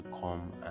come